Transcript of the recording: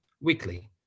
weekly